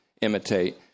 imitate